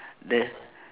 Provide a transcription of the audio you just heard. the